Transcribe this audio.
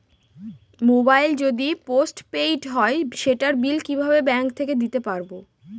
Mobile যদি post paid হয় সেটার বিল কিভাবে ব্যাংক থেকে দিতে পারব?